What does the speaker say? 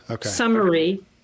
summary